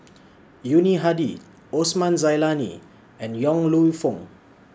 Yuni Hadi Osman Zailani and Yong Lew Foong